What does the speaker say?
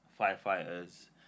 firefighters